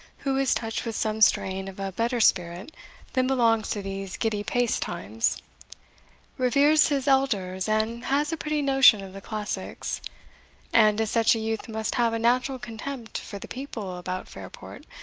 who is touched with some strain of a better spirit than belongs to these giddy-paced times reveres his elders, and has a pretty notion of the classics and, as such a youth must have a natural contempt for the people about fairport,